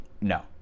No